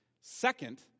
Second